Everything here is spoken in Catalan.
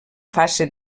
fase